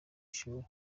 ishuli